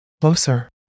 closer